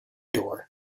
door